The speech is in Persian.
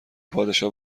پادشاه